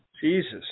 Jesus